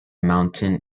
mountain